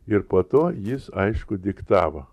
ir po to jis aišku diktavo